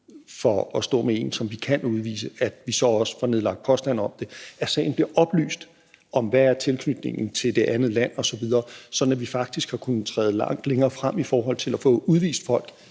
for at stå med en, som vi kan udvise, at vi så også får nedlagt påstand om det, og at sagen bliver oplyst, i forhold til hvad tilknytningen er til det andet land osv., sådan at vi faktisk har kunnet træde længere frem i forhold til at få udvist folk,